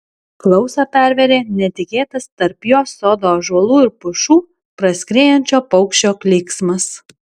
klausą pervėrė netikėtas tarp jos sodo ąžuolų ir pušų praskriejančio paukščio klyksmas